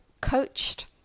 coached